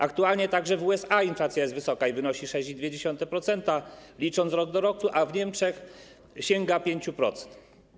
Aktualnie także w USA inflacja jest wysoka i wynosi 6,2%, licząc rok do roku, a w Niemczech sięga 5%.